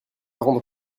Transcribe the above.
rendre